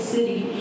City